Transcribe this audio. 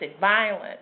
violence